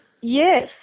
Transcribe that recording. Yes